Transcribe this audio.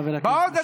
חבר הכנסת